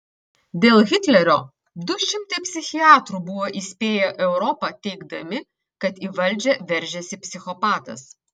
dėl hitlerio du šimtai psichiatrų buvo įspėję europą teigdami kad į valdžią veržiasi psichopatas